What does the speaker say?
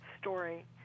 story